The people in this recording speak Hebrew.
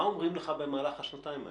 מה אומרים לך במהלך השנתיים האלה?